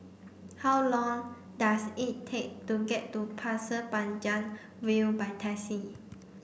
how long does it take to get to Pasir Panjang View by taxi